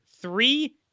three